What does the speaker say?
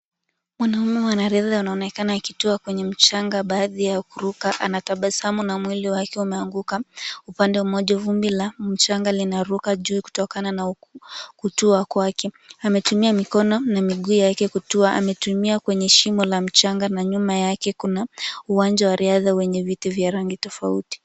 Mwanaume mwanariadha anaonekana wakitua kwenye mchanga baada ya kuruka, anatabasamu na mwili wake unaanguka, upande mmoja vumbi la mchanga linaruka juu kutokana na kutua kwake, ametumia mikono na miguu yake kutua, ametua kwenye shimo la mchanga na nyuma yake kuna uwanja wa riadha wenye viti vya rangi tofauti.